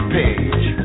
page